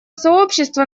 сообщества